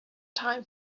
time